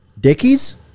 Dickies